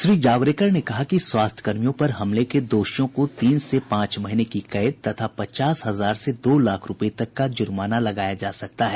श्री जावड़ेकर ने कहा कि स्वास्थ्यकर्मियों पर हमले के दोषियों को तीन से पांच महीने की कैद तथा पचास हजार से दो लाख रुपये तक का जुर्माना लगाया जा सकता है